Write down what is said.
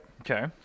Okay